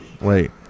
Wait